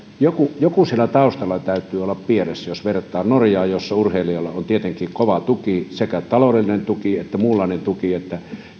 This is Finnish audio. jotain siellä taustalla täytyy olla pielessä jos vertaa norjaan jossa urheilijalla on tietenkin kova tuki sekä taloudellinen tuki että muunlainen tuki